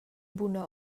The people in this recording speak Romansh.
buna